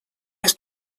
jest